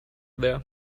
there